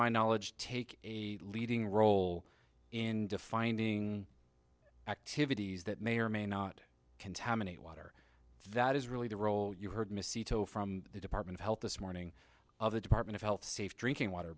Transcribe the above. my knowledge take a leading role in defining activities that may or may not contaminate water that is really the role you heard miss ito from the department of health this morning of the department of health safe drinking water